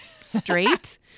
straight